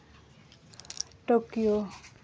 Tokyo